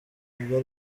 ibyo